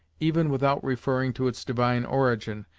even without referring to its divine origin,